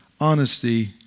honesty